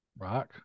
Rock